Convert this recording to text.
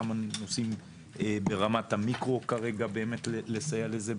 כמה נושאים ברמת המיקרו כרגע באמת לסייע לזה.